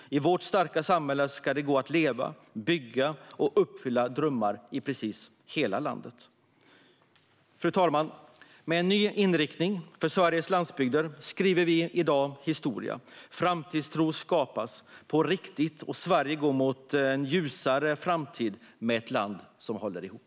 I vårt starka samhälle ska det gå att leva, bygga och uppfylla drömmar i precis hela landet. Fru talman! Med en ny inriktning för Sveriges landsbygder skriver vi i dag historia. Framtidstro skapas på riktigt, och Sverige går mot en ljusare framtid med ett land som håller ihop.